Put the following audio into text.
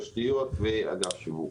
תשתיות ואגף שיווק.